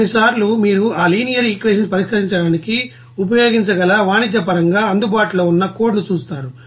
కొన్నిసార్లు మీరు ఆ లినియర్ ఈక్వేషన్ పరిష్కరించడానికి ఉపయోగించగల వాణిజ్యపరంగా అందుబాటులో ఉన్న కోడ్ ను చూస్తారు